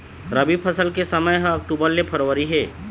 रबी फसल के समय ह अक्टूबर ले फरवरी हे